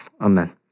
Amen